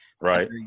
Right